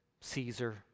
Caesar